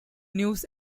news